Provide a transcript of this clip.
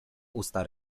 usta